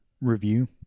review